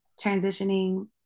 transitioning